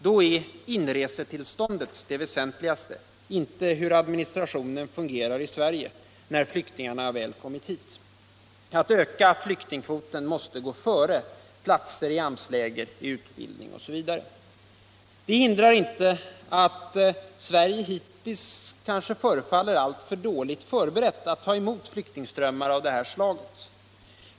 Då är inresetillståndet det väsentligaste, inte hur administrationen fungerar i Sverige när flyktingarna väl kommit hit. Att öka flyktingkvoten måste gå före platser på AMS-läger, i utbildning osv. Det hindrar inte att Sverige hittills kanske förefaller alltför dåligt förberett att ta emot flyktingströmmar av det här slaget.